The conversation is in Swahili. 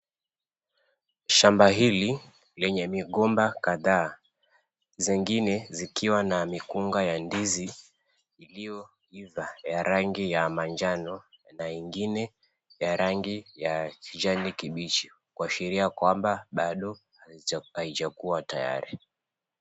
Shamba hili lenye migomba kadhaa, zingine zikiwa na mikunga ya ndizi iliyoiva ya rangi ya manjano na ingine ya rangi ya kijani kibichi kuashiria kwamba bado haijakuwa tayari.